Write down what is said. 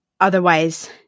otherwise